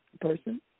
person